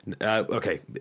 okay